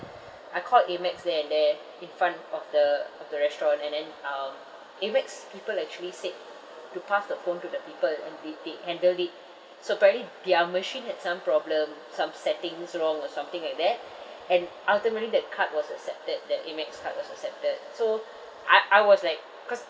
I called Amex then and there in front of the of the restaurant and then um Amex people actually said to pass the phone to the people and they they handle it so apparently their machine had some problem some settings wrong or something like that and ultimately the card was accepted that Amex card was accepted so I I was like cause